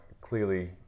clearly